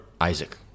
Isaac